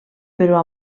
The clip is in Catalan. però